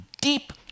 deep